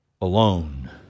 alone